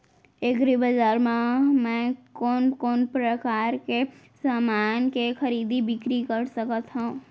एग्रीबजार मा मैं कोन कोन परकार के समान के खरीदी बिक्री कर सकत हव?